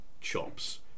chops